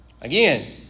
Again